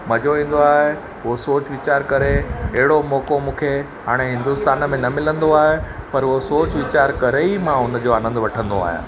मज़ो ईंदो आहे उहो सोच वीचार करे अहिड़ो मौक़ो मूंखे हाणे हिंदुस्तान में न मिलंदो आहे पर उहो सोच वीचार करे ई मां हुन जो आनंदु वठंदो आहियां